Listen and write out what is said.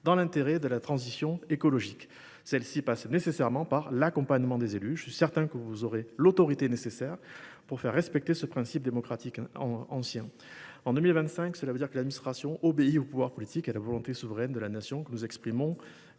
dans l’intérêt de la transition écologique. Celle ci passe nécessairement par l’accompagnement des élus. Je suis certain que vous aurez l’autorité nécessaire pour faire respecter un principe démocratique ancien. En 2025, l’administration doit obéir au pouvoir politique et à la volonté souveraine de la Nation que nous exprimons